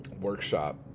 workshop